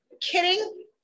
kidding